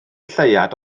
lleuad